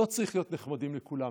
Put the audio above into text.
לא צריך להיות נחמדים לכולם.